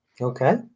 Okay